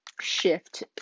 shift